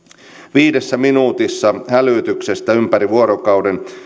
viidessä minuutissa hälytyksestä ympäri vuorokauden